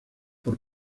por